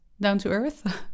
down-to-earth